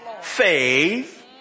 faith